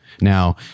Now